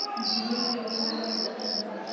जियो के रीचार्ज कैसे करेम?